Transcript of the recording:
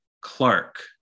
Clark